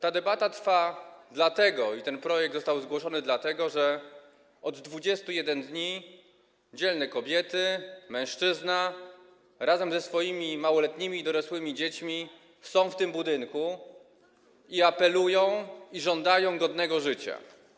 Ta debata trwa dlatego i ten projekt został zgłoszony dlatego, że od 21 dni dzielne kobiety i mężczyzna razem ze swoimi małoletnimi i dorosłymi dziećmi są w tym budynku, apelują i żądają godnego życia.